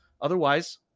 otherwise